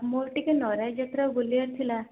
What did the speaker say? ମୁଁ ଟିକେ ନରାଇ ଯାତ୍ରା ବୁଲିବାର ଥିଲା